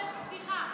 בדיחה.